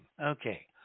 okay